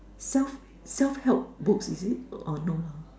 self~ self help books is it or no leh